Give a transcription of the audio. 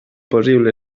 possible